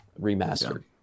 remastered